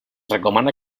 recomana